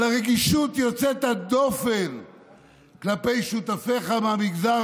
על הרגישות יוצאת הדופן כלפי שותפיך מהמגזר